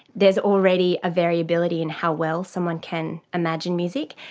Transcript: there is already a variability in how well someone can imagine music,